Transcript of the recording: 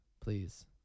Please